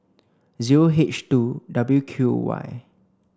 zero H two W Q Y